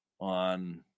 on